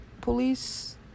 police